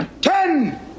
Ten